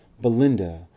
Belinda